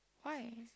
why